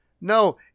no